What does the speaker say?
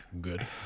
good